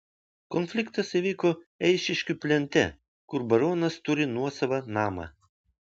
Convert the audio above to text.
konfliktas įvyko eišiškių plente kur baronas turi nuosavą namą